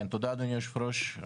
תודה, אדוני היושב-ראש.